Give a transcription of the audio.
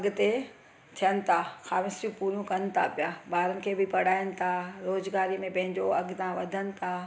अॻिते थियनि था ख़्वाहिशूं पूरी कनि था पिया ॿारनि खे बि पढ़इनि था रोज़गारी में बि पंहिंजो अॻितां वधनि था